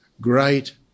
great